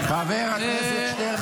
חבר הכנסת שטרן.